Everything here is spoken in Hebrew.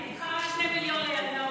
אני צריכה 2 מיליון לילדי